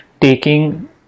taking